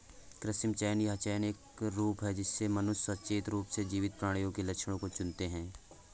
कृत्रिम चयन यह चयन का एक रूप है जिससे मनुष्य सचेत रूप से जीवित प्राणियों के लक्षणों को चुनते है